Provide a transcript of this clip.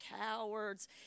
cowards